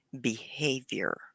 behavior